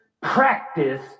practice